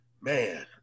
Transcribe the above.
Man